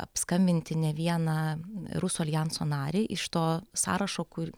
apskambinti ne vieną rusų aljanso narį iš to sąrašo kur